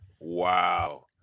Wow